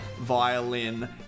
violin